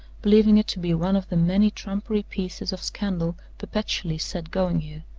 believing it to be one of the many trumpery pieces of scandal perpetually set going here,